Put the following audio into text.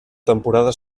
temporada